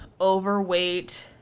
overweight